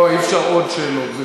לא, אי-אפשר עוד שאלות.